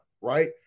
Right